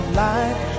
light